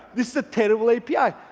this is a terrible api.